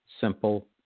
simple